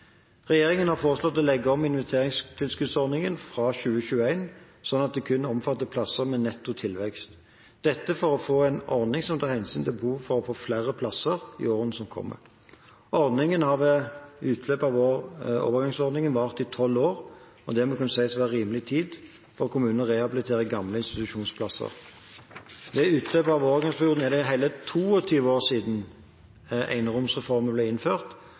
Regjeringen har foreslått å legge om investeringstilskuddsordningen fra 2021, slik at den kun skal omfatte plasser som gir netto tilvekst, dette for å få en ordning som tar hensyn til behovet for å få flere plasser i årene som kommer. Ordningen har ved utløpet av overgangsordningen vart i 12 år, det må kunne sies å være rimelig tid for kommunene til å rehabilitere gamle institusjonsplasser. Ved utløpet av overgangsordningen er det hele 22 år siden eneromsreformen ble innført